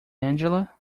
angela